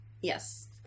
Yes